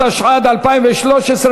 התשע"ד 2013,